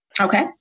Okay